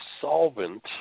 solvent